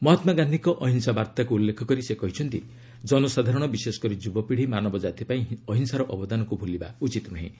ମହାତ୍ମାଗାନ୍ଧିଙ୍କ ଅହିଂସା ବାର୍ତ୍ତାକୁ ଉଲ୍ଲେଖ କରି ସେ କହିଛନ୍ତି ଜନସାଧାରଣ ବିଶେଷକରି ଯୁବପିଢ଼ି ମାନବ ଜାତିପାଇଁ ଅହିଂସାର ଅବଦାନକୁ ଭୁଲିବା ଉଚିତ ନୁହେଁ